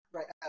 Right